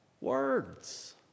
words